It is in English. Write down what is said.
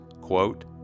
quote